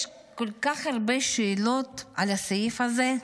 יש כל כך הרבה שאלות על הסעיף הזה.